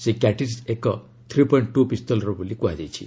ସେହି କ୍ୟାଟ୍ରିଜ୍ ଏକ three point two ପିସ୍ତଲର ବୋଲି କୁହାଯାଇଛି